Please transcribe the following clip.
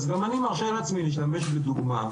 אז גם אני מרשה לעצמי להשתמש בדוגמה.